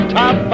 top